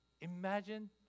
Imagine